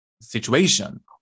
situation